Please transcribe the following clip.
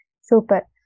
Super